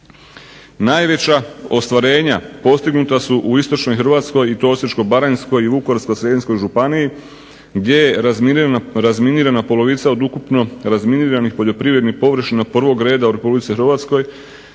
Najveća ostvarenja postignuta su u istočnoj Hrvatskoj i to Osječko-baranjskoj i Vukovarsko-srijemskoj županiji gdje je razminirana polovica od ukupno razminiranih poljoprivrednih površina prvog reda u Republika Hrvatskoj